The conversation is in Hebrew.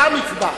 העם יקבע.